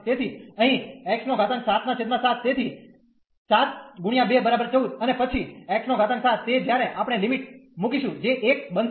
તેથી અહીં x 77 તેથી 7×214 અને પછી x 7 તે જ્યારે આપણે લિમિટ મુકીશું જે 1 બનશે